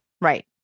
right